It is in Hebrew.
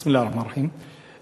בסם אללה א-רחמאן א-רחים.